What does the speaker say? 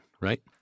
right